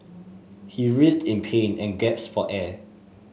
he writhed in pain and gasped for air